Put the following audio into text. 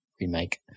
remake